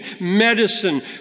medicine